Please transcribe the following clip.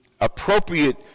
appropriate